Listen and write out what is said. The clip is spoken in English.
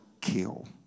kill